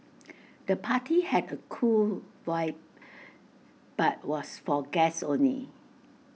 the party had A cool vibe but was for guests only